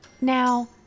Now